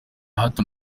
hato